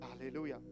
Hallelujah